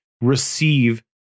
receive